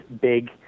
big